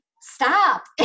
stop